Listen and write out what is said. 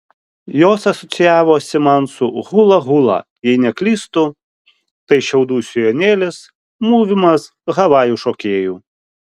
jos asocijavosi man su hula hula jei neklystu tai šiaudų sijonėlis mūvimas havajų šokėjų